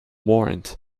warrant